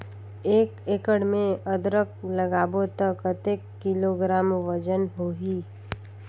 एक एकड़ मे अदरक लगाबो त कतेक किलोग्राम वजन होही?